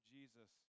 Jesus